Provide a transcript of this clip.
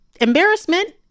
embarrassment